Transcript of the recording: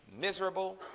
miserable